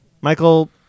Michael